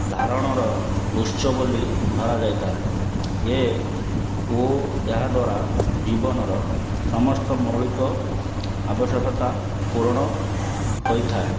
ଧାରଣର ଉତ୍ସ ବୋଲି ଧରାଯାଇଥାଏ ଏ ଓ ଏହାଦ୍ୱାରା ଜୀବନର ସମସ୍ତ ମୌଳିକ ଆବଶ୍ୟକତା ପୂରଣ ହୋଇଥାଏ